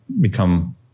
become